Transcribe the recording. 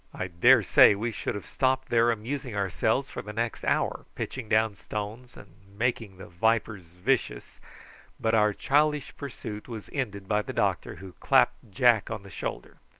i daresay we should have stopped there amusing ourselves for the next hour, pitching down stones and making the vipers vicious but our childish pursuit was ended by the doctor, who clapped jack on the shoulder.